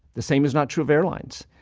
the same is not true of airlines.